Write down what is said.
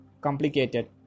complicated